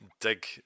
dig